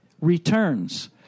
returns